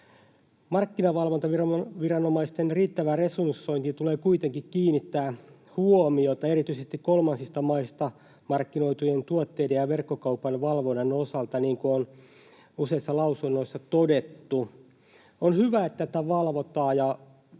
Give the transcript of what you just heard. Markkinavalvontaviranomaisten riittävään resursointiin tulee kuitenkin kiinnittää huomiota erityisesti kolmansista maista markkinoitujen tuotteiden ja verkkokaupan valvonnan osalta, niin kuin on useissa lausunnoissa todettu. On hyvä, että tätä valvotaan